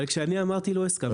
אבל כשאני אמרתי לא הסכמת.